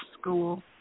school